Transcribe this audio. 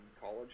College